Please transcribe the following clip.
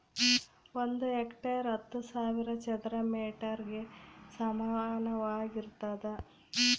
ಒಂದು ಹೆಕ್ಟೇರ್ ಹತ್ತು ಸಾವಿರ ಚದರ ಮೇಟರ್ ಗೆ ಸಮಾನವಾಗಿರ್ತದ